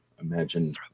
imagine